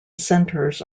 centers